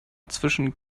zwischen